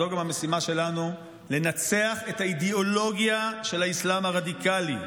זו גם המשימה שלנו: לנצח את האידיאולוגיה של האסלאם הרדיקלי.